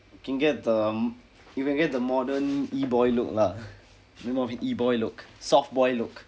you can get them you can get the modern E boy look lah more of a E boy look soft boy look